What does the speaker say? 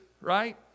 right